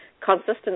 consistent